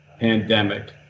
pandemic